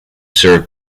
served